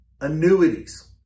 annuities